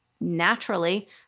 naturally